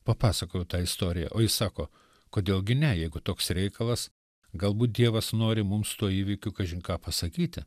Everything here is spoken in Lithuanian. papasakojau tą istoriją o jis sako kodėl gi ne jeigu toks reikalas galbūt dievas nori mums tuo įvykiu kažin ką pasakyti